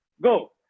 go